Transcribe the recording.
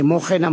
כמו כן,